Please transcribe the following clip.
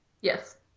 Yes